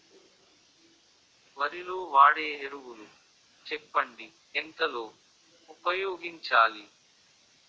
వరిలో వాడే ఎరువులు చెప్పండి? ఎంత లో ఉపయోగించాలీ?